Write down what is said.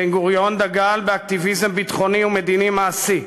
בן-גוריון דגל באקטיביזם ביטחוני ומדיני מעשי.